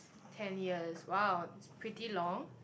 ten years !wow! it's pretty long